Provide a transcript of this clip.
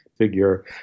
figure